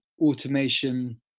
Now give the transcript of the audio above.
automation